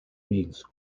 means